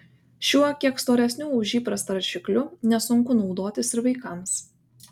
šiuo kiek storesniu už įprastą rašikliu nesunku naudotis ir vaikams